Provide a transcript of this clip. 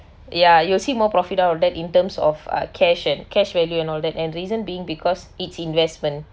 ya you'll see more profit out of that in terms of uh cash and cash value and all that and reason being because it's investment